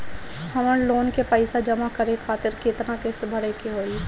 हमर लोन के पइसा जमा करे खातिर केतना किस्त भरे के होई?